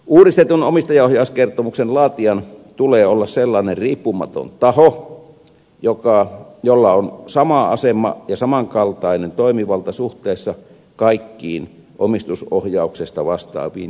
uudistetun omistajaohjauskertomuksen laatijan tulee olla sellainen riippumaton taho jolla on sama asema ja samankaltainen toimivalta suhteessa kaikkiin omistusohjauksesta vastaaviin ministeriöihin